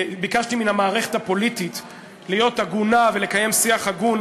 ביקשתי מן המערכת הפוליטית להיות הגונה ולקיים שיח הגון,